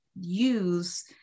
use